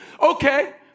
Okay